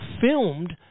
filmed